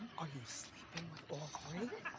are you sleeping with all three?